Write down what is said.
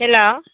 hello